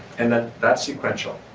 and that that sequential,